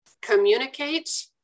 communicate